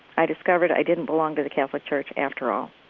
i discovered i didn't belong to the catholic church after all.